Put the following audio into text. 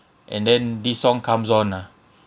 and then this song comes on ah